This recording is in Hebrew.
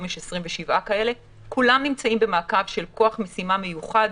יש 27 כאלה כולם נמצאים במעקב של כוח משימה מיוחד,